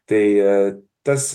tai tas